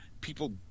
people